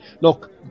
Look